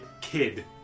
kid